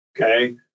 Okay